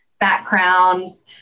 backgrounds